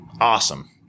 awesome